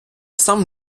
сам